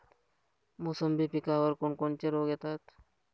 मोसंबी पिकावर कोन कोनचे रोग येतात?